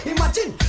Imagine